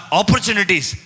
opportunities